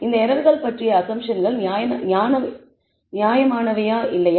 இந்த எரர்கள் பற்றிய அஸம்ப்ஷன்கள் நியாயமானவையா இல்லையா